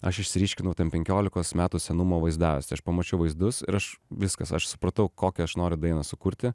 aš išsiryškinau ten penkiolikos metų senumo vaizdajuostę aš pamačiau vaizdus ir aš viskas aš supratau kokią aš noriu dainą sukurti